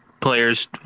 players